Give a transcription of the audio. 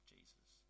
Jesus